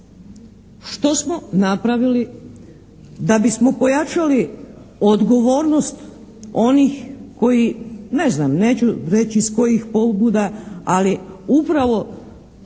Što smo napravili da bismo pojačali odgovornost onih koji, ne znam, neću reći iz kojih pobuda, ali upravo